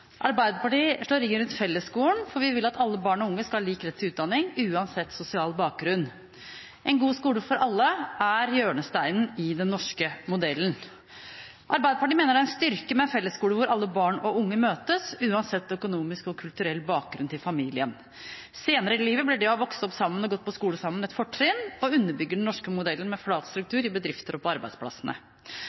Arbeiderpartiet slår ring rundt fellesskolen, for vi vil at alle barn og unge skal ha lik rett til utdanning, uansett sosial bakgrunn. En god skole for alle er hjørnesteinen i den norske modellen. Arbeiderpartiet mener det er en styrke med en fellesskole hvor alle barn og unge møtes, uansett økonomisk og kulturell bakgrunn i familien. Senere i livet blir det å ha vokst opp sammen og gått på skole sammen et fortrinn, og det underbygger den norske modellen med flat struktur i bedrifter og på arbeidsplassene.